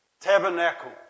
Tabernacle